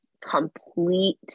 complete